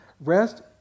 Rest